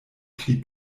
pli